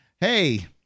hey